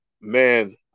man